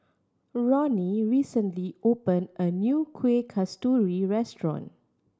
Ronny recently opened a new Kueh Kasturi restaurant